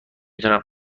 دونم